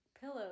pillow